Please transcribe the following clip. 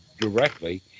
directly